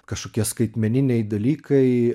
kažkokie skaitmeniniai dalykai